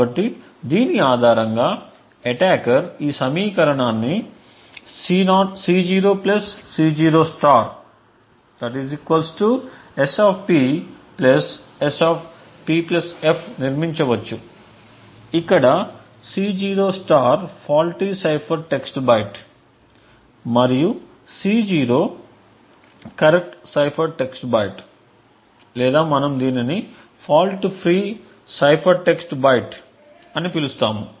కాబట్టి దీని ఆధారంగా అటాకర్ ఈ సమీకరణాన్ని C0 C0 S P S P f నిర్మించవచ్చు ఇక్కడ C0 faulty cipher text byte మరియు C0 correct cipher text byte లేదా మనం దీనిని fault free cipher text byte అని పిలుస్తాము